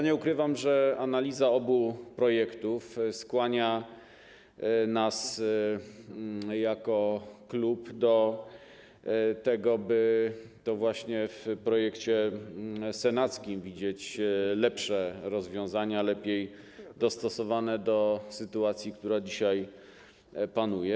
Nie ukrywam, że analiza obu projektów skłania nas jako klub do tego, by to właśnie w projekcie senackim widzieć lepsze rozwiązania, lepiej dostosowane do sytuacji, która dzisiaj panuje.